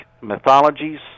mythologies